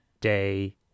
day